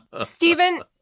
Stephen